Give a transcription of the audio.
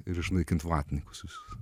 ir išnaikint vatnikus visus